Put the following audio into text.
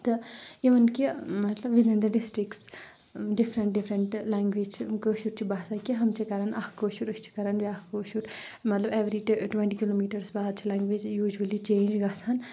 تہٕ اِوٕن کہِ مطلب within the districts different different language چھِ کٲشُر چھُ باسان کہِ یِم چھِ کَران اَکھ کٲشُر أسۍ چھِ کَران بیاکھ کٲشُر مَطلب ایٚوری ٹُوَنٹی کلوٗ میٖٹٲرٕز بعد چھُ لیٚنگویج یوٗجؤلی چینج گژھان